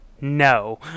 no